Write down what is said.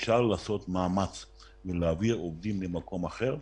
אפשר לעשות מאמץ ולהעביר עובדים ממקום אחר,